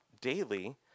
daily